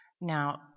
now